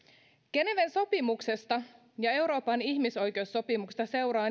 geneven sopimuksesta ja euroopan ihmisoikeussopimuksesta seuraa